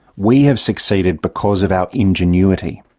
we have succeeded because of our ingenuity.